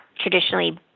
traditionally